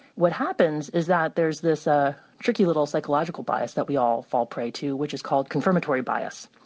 what happens is that there's this ah tricky little psychological bias that we all fall prey to, which is called confirmatory bias.